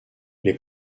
les